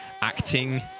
acting